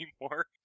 anymore